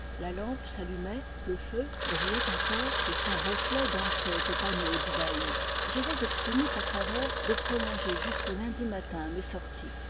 la lampe s'allumait le feu brillait encore et son reflet dansait aux panneaux du bahut j'avais obtenu par faveur de prolonger jusqu'au lundi matin mes sorties